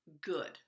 good